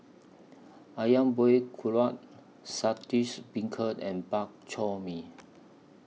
Ayam Buah Keluak Saltish Beancurd and Bak Chor Mee